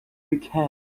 weekend